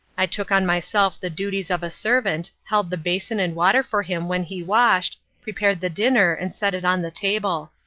i took on myself the duties of a servant, held the basin and water for him when he washed, prepared the dinner and set it on the table.